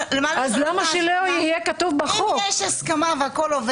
אם יש הסכמה אז הכול טוב, למה לשנות את המצב?